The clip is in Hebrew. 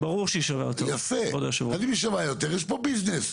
אז אם שווה יותר, יש פה ביזנס.